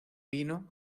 vino